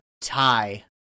tie